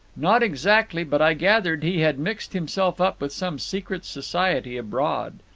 not exactly but i gathered he had mixed himself up with some secret society abroad.